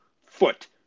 foot